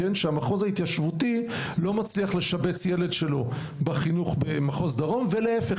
שהמחוז ההתיישבותי לא מצליח לשבץ ילד שלו בחינוך במחוז דרום ולהפך.